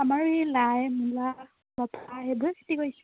আমাৰ এই লাই মূলা লফা সেইবোৰ খেতি কৰিছে